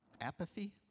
apathy